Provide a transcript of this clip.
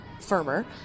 firmer